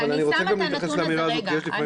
אבל אני רוצה להתייחס לאמירה הזאת כי יש לפעמים